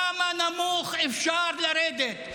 כמה נמוך אפשר לרדת.